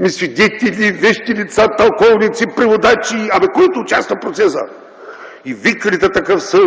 а свидетели, вещи лица, тълковници, преводачи – който участва в процеса. И викне ли те такъв съд,